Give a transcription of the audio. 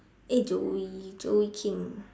eh joey joey kim